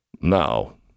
Now